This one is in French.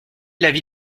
l’avis